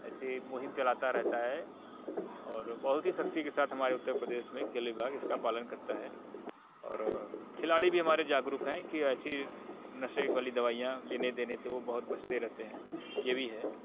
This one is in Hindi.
ऐसी मुहिम चलाता रहता है और बहुत ही शक्ति के साथ हमारे उत्तर प्रदेश में खेल विभाग इसका पालन करता है और खिलाड़ी भी हमारे जागरूक है कि ऐसी नशे वाली दवाइयाँ लेने देने से वह बहुत बचते रहते हैं यह भी है